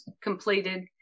completed